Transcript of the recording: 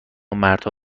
مردها